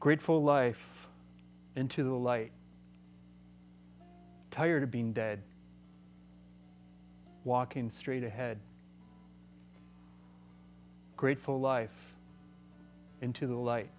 grateful life into the light tired of being dead walking straight ahead grateful life into the light